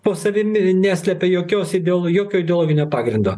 po savimi neslepia jokios ideol jokio ideologinio pagrindo